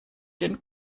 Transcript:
den